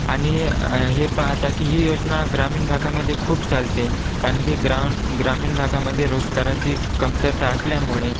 आणि हे पाहता की ही योजना ग्रामीण भागामध्ये खूप चालते कारण की ग्राम ग्रामीण भागामध्ये रोजगाराची कमतरता असल्यामुळे